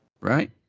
Right